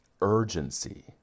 urgency